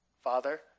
Father